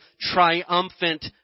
triumphant